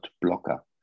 blocker